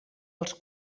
els